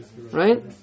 Right